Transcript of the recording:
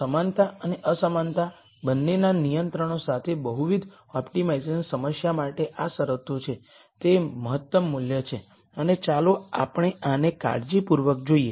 સમાનતા અને અસમાનતા બંનેના નિયંત્રણો સાથે બહુવિધ ઓપ્ટિમાઇઝેશન સમસ્યા માટે આ શરતો છે તે મહત્તમ મૂલ્ય છે અને ચાલો આપણે આને કાળજીપૂર્વક જોઈએ